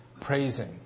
praising